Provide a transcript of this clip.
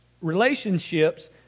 relationships